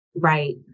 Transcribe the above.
Right